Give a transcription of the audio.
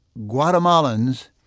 Guatemalans